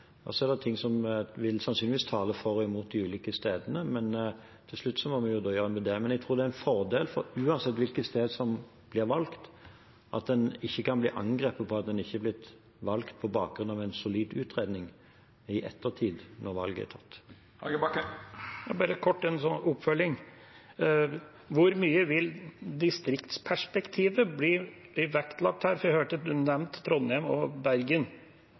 og Trondheim. Så er det forhold som sannsynligvis vil tale for og imot de ulike stedene, men til slutt må vi jo gjøre en vurdering. Men jeg tror det er en fordel, uansett hvilket sted vi har valgt, at en i ettertid, når valget er tatt, ikke kan bli angrepet for at en ikke er blitt valgt på bakgrunn av en solid utredning. Jeg har en kort oppfølging. Hvor mye vil distriktsperspektivet bli vektlagt? Jeg hørte Trondheim og Bergen